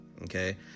okay